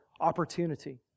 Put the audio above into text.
opportunity